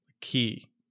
key